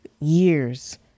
years